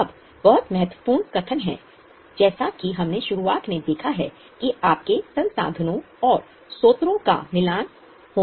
अब बहुत महत्वपूर्ण कथन है जैसा कि हमने शुरुआत में देखा है कि आपके संसाधनों और स्रोतों का मिलान होना चाहिए